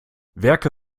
werke